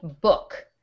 book